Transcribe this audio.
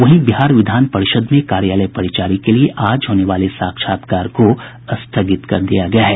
वहीं बिहार विधान परिषद में कार्यालय परिचारी के लिए आज होने वाले साक्षात्कार को स्थगित कर दिया गया है